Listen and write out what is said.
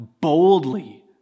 boldly